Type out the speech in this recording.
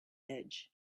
edge